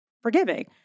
forgiving